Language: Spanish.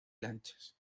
lanchas